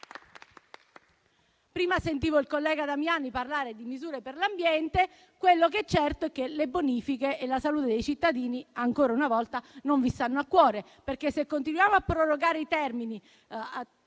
Prima sentivo il collega Damiani parlare di misure per l'ambiente: ciò che è certo è che le bonifiche e la salute dei cittadini ancora una volta non vi stanno a cuore. Se continuiamo a prorogare i termini